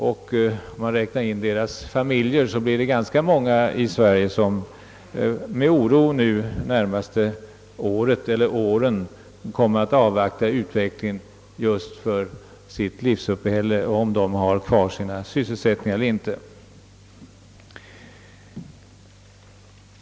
Om man även räknar med deras familjer blir det ganska många personer i Sverige, som under de närmaste åren med oro för sitt livsuppehälle kommer att avvakta utvecklingen inom försvaret för att få veta om de får ha kvar sin sysselsättning eller inte.